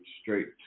straight